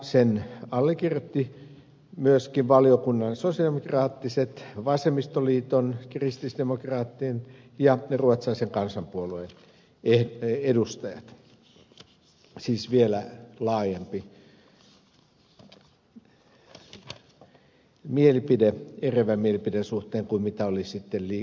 sen allekirjoittivat myöskin valiokunnan sosialidemokraattiset vasemmistoliiton kristillisdemokraattien ja ruotsalaisen kansanpuolueen edustajat kyseessä oli siis vielä laajempi mielipide eriävän mielipiteen suhteen kuin oli liikenne ja viestintävaliokunnassa